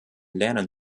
lernen